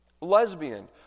lesbian